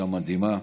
אישה מדהימה,